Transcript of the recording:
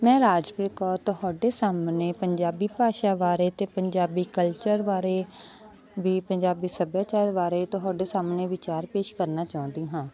ਮੈਂ ਰਾਜਪ੍ਰੀਤ ਕੌਰ ਤੁਹਾਡੇ ਸਾਹਮਣੇ ਪੰਜਾਬੀ ਭਾਸ਼ਾ ਬਾਰੇ ਅਤੇ ਪੰਜਾਬੀ ਕਲਚਰ ਬਾਰੇ ਵੀ ਪੰਜਾਬੀ ਸੱਭਿਆਚਾਰ ਬਾਰੇ ਤੁਹਾਡੇ ਸਾਹਮਣੇ ਵਿਚਾਰ ਪੇਸ਼ ਕਰਨਾ ਚਾਹੁੰਦੀ ਹਾਂ